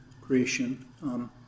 Creation